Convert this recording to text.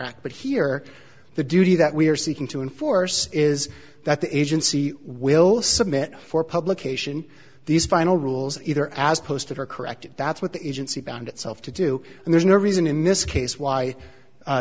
act but here the duty that we are seeking to enforce is that the agency will submit for publication these final rules either as posted or corrected that's what the agency found itself to do and there's no reason in this case why